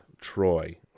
Troy